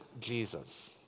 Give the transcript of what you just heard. Jesus